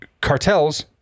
cartels